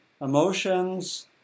emotions